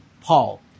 Paul